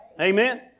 Amen